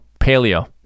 paleo